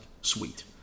Sweet